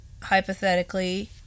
hypothetically